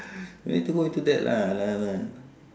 no need to go into that lah lah lah